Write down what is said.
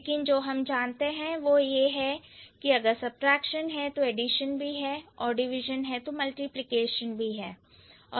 लेकिन जो हम जानते हैं वह है कि अगर सबट्रैक्शन है तो एडिशन भी है और डिविजन है तो मल्टीप्लिकेशन भी है